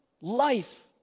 life